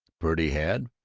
purdy had,